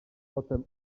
potem